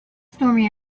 stormy